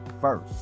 first